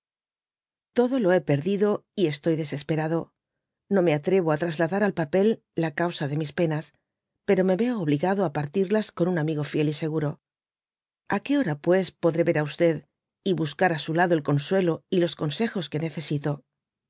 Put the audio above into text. odo lo hé perdido y estoy desesperado no me atrevo á trasladar al papel la causa de mis penas pero me veo obligado á partirlas con un amigo fiel y seguro a qué hora pues podré ver á e y buscar á su lado el consuelo y los consejos ue necesito